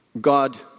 God